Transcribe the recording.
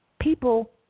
people